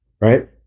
Right